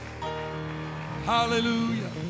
Hallelujah